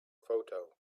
photo